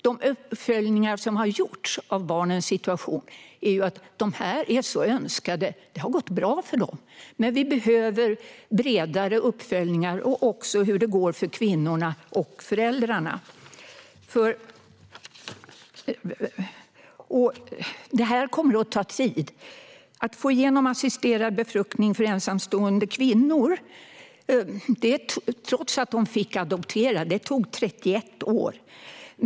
De uppföljningar av barnens situation som har gjorts har visat att det har gått bra för dem, för de var så önskade. Vi behöver dock bredare uppföljningar, även om hur det går för kvinnorna och föräldrarna. Detta kommer att ta tid. Att få igenom assisterad befruktning för ensamstående kvinnor tog, trots att de fick adoptera, 31 år.